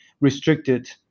restricted